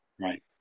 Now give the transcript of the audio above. Right